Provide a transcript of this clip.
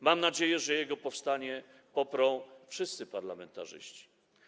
Mam nadzieję, że jego powstanie poprą wszyscy parlamentarzyści.